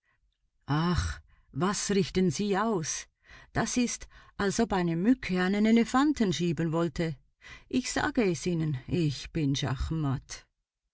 was richten sie aus das ist als ob eine mücke einen elefanten schieben wollte ich sage ihnen ich bin schachmatt